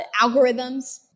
algorithms